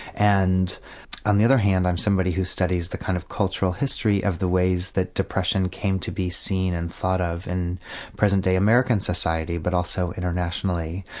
and on the other hand i'm somebody who studies the kind of cultural history of the ways that depression came to be seen and thought of in present day american society but also internationally.